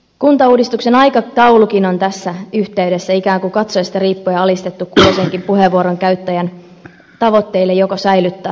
kuntauudistuksen aikataulukin on tässä yhteydessä ikään kuin katsojasta riippuen alistettu kulloisenkin puheenvuoron käyttäjän tavoitteille joko säilyttää tai uudistaa